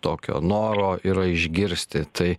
tokio noro yra išgirsti tai